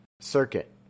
Circuit